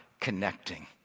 connecting